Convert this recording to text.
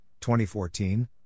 2014